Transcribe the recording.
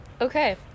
Okay